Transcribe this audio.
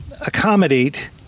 accommodate